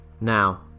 Now